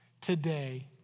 today